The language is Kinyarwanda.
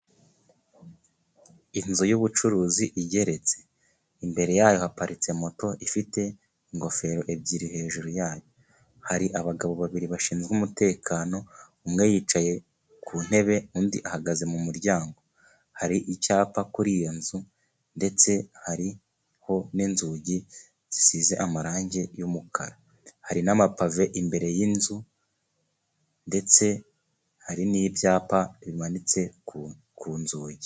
Inzu y'ubucuruzi igeretse imbere yayo haparitse moto, ifite ingofero ebyiri hejuru yayo, hari abagabo babiri bashinzwe umutekano, umwe yicaye ku ntebe undi ahagaze mu muryango. Hari icyapa kuri iyo nzu, ndetse hari ho n'inzugi zisize amarangi y'umukara, hari n'amapave imbere y'inzu ,ndetse hari n'ibyapa bimanitse ku nzugi.